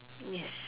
yes